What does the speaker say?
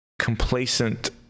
complacent